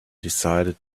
decided